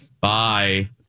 Bye